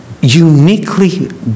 uniquely